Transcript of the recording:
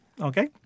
Okay